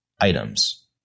items